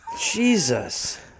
Jesus